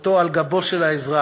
אותו על גבו של האזרח,